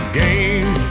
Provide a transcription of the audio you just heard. game